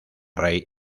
rey